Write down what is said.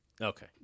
Okay